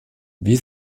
wie